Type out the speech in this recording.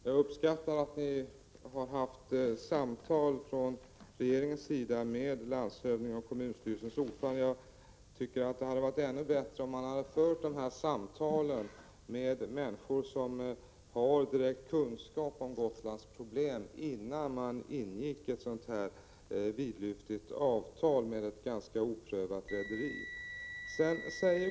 Herr talman! Jag uppskattar att ni från regeringens sida har haft samtal med landshövdingen och kommunstyrelsens ordförande. Jag tycker att det hade varit ännu bättre, om man hade fört dessa samtal med människor som har direkt kunskap om Gotlands problem, innan man ingick ett sådant här vidlyftigt avtal med ett ganska oprövat rederi.